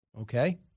Okay